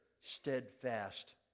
steadfast